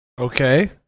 Okay